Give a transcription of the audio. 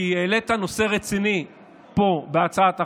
כי העלית נושא רציני פה בהצעת החוק.